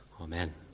Amen